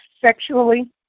sexually